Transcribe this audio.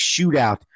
shootout